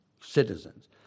citizens